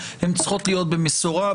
הן צריכות להיות במסורה.